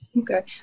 Okay